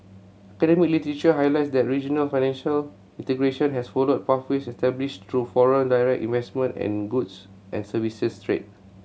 literature highlights that regional financial integration has followed pathways established through foreign direct investment and goods and services trade